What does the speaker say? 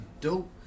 dope